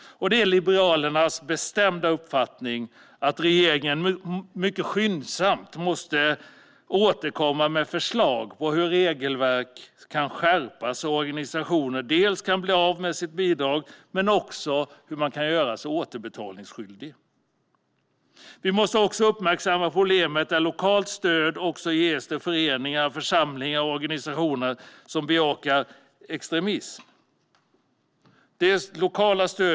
Det är Liberalernas bestämda uppfattning att regeringen mycket skyndsamt måste återkomma med förslag till hur regelverket kan skärpas så att organisationer dels kan bli av med sitt bidrag, dels kan bli återbetalningsskyldiga. Vi måste också uppmärksamma problemet där lokalt stöd ges till föreningar, församlingar och organisationer som bejakar extremism.